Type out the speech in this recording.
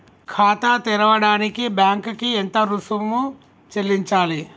ఖాతా తెరవడానికి బ్యాంక్ కి ఎంత రుసుము చెల్లించాలి?